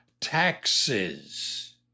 taxes